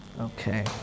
Okay